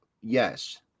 yes